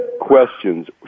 questions